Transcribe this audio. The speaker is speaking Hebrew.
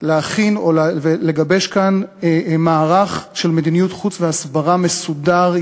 להכין ולגבש כאן מערך של מדיניות חוץ והסברה מסודר,